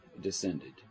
descended